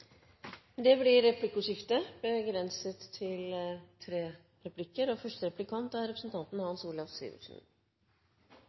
Det blir replikkordskifte begrenset til inntil fem replikker. Første replikant er representanten